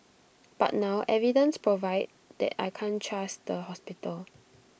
but now evidence provide that I can't trust the hospital